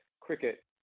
cricket